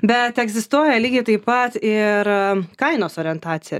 bet egzistuoja lygiai taip pat ir kainos orientacija